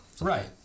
Right